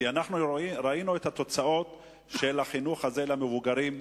כי אנחנו ראינו את התוצאות של החינוך הזה למבוגרים,